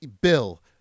Bill